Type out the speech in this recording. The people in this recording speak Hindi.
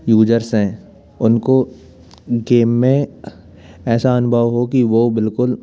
यूजर्स हैं उनको गेम में ऐसा अनुभव हो कि वो बिल्कुल